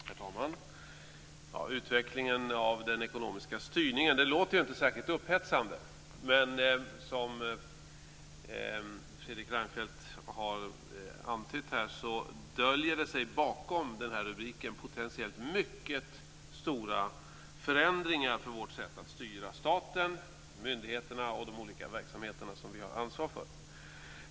Herr talman! Utvecklingen av den ekonomiska styrningen, det låter ju inte särskilt upphetsande. Men som Fredrik Reinfeldt har antytt här så döljer det sig bakom denna rubrik potentiellt mycket stora förändringar för vårt sätt att styra staten, myndigheterna och de olika verksamheterna som vi har ansvar för.